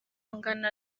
angana